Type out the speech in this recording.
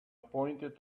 pointed